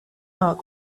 arc